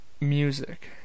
Music